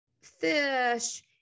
fish